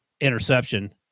interception